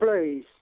please